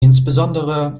insbesondere